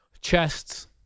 chests